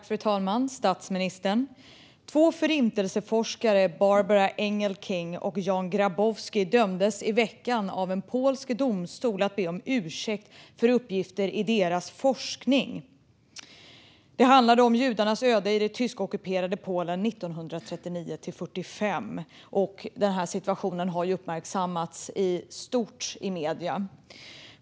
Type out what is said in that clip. Fru talman! Två Förintelseforskare, Barbara Engelking och Jan Grabowski, dömdes i veckan av en polsk domstol att be om ursäkt för uppgifter i deras forskning. Forskningen handlar om judarnas öde i det tyskockuperade Polen 1939-1945. Situationen har uppmärksammats stort i medierna.